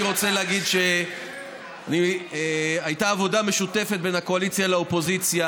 אני רוצה להגיד שהייתה עבודה משותפת בין הקואליציה לאופוזיציה,